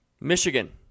Michigan